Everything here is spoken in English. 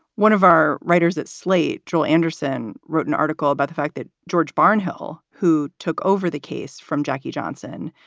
one of our writers at slate, jill anderson, wrote an article about the fact that george barnhill, who took over the case from jackie johnson.